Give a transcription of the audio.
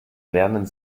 lernen